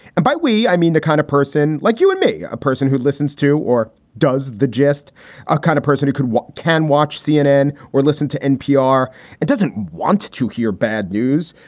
and by we i mean the kind of person like you and me, a person who listens to or does the just ah kind of person who could what can watch cnn or listen to npr and doesn't want to hear bad news,